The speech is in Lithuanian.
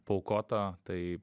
paaukota tai